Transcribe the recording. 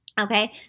Okay